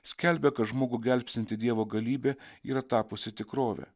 skelbia kad žmogų gelbstinti dievo galybė yra tapusi tikrove